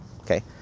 okay